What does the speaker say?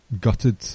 gutted